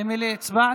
אמילי, הצבעת?